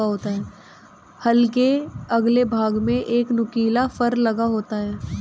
हल के अगले भाग में एक नुकीला फर लगा होता है